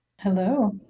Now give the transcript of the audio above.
Hello